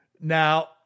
Now